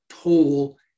toll